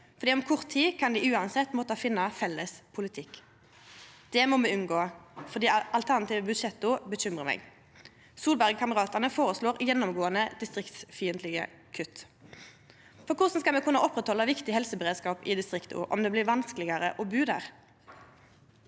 for om kort tid kan dei uansett måtta finna felles politikk. Det må me unngå, for dei alternative budsjetta uroar meg. Solberg-kameratane føreslår gjennomgåande distriktsfiendtlege kutt, for korleis skal me kunna oppretthalda viktig helseberedskap i distrikta om det blir vanskelegare å bu der?